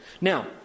Now